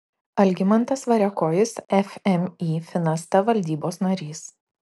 algimantas variakojis fmį finasta valdybos narys